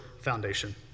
foundation